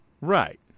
Right